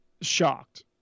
Shocked